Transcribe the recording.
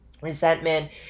resentment